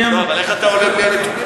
אני, לא, אבל איך אתה עולה בלי הנתונים האלה?